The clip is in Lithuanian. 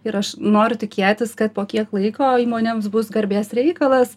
ir aš noriu tikėtis kad po kiek laiko įmonėms bus garbės reikalas